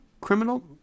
criminal